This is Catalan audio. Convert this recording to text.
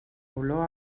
olor